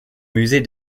musée